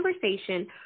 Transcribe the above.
conversation